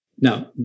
Now